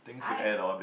I